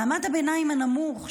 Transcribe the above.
מעמד הביניים הנמוך,